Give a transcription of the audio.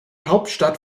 hauptstadt